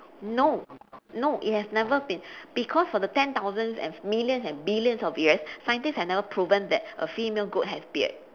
no no it has never been because for the ten thousands and millions and billions of years scientist have never proven that a female goat has beard